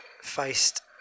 faced